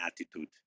attitude